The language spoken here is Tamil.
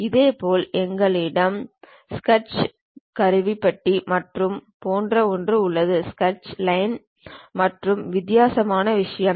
இதேபோல் எங்களிடம் ஸ்கெட்ச் கருவிப்பட்டி போன்ற ஒன்று உள்ளது ஸ்கெட்ச் லைன் மற்றும் வித்தியாசமான விஷயம்